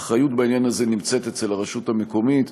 האחריות בעניין הזה נמצאת אצל הרשות המקומית.